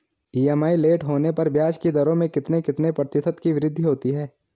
EMI late होने पर ब्याज की दरों में कितने कितने प्रतिशत की वृद्धि होती है?